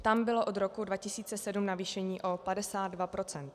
Tam bylo od roku 2007 navýšení o 52 %.